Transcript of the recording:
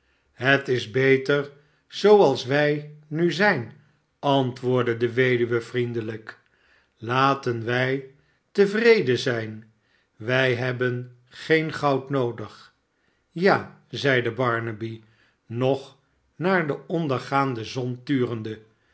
het is beter zooals wij nu zijn antwoordde de weduwe vriendelijk laten wij tevreden zijn wij hebben geen goud noodig ja zeide barnaby nog naar de ondergaande zon turende